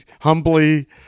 humbly